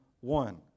one